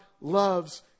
loves